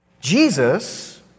Jesus